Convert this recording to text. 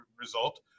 result